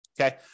Okay